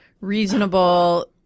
reasonable